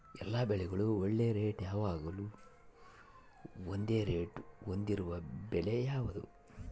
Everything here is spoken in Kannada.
ಎಲ್ಲ ಬೆಳೆಗಳಿಗೆ ಒಳ್ಳೆ ರೇಟ್ ಯಾವಾಗ್ಲೂ ಒಂದೇ ರೇಟ್ ಹೊಂದಿರುವ ಬೆಳೆ ಯಾವುದು?